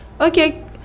Okay